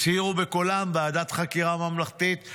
הצהירו בקולם: ועדת חקירה ממלכתית,